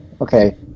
Okay